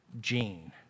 gene